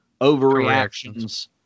overreactions